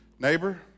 Neighbor